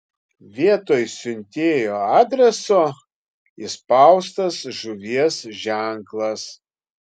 vietoj siuntėjo adreso įspaustas žuvies ženklas